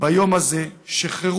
ביום הזה שחירות,